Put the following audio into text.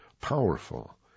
powerful